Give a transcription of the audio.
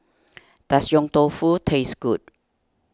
does Yong Tau Foo taste good